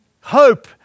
Hope